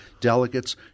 delegates